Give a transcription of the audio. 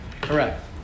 Correct